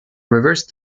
reverse